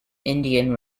indian